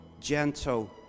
gentle